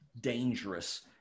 dangerous